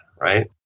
right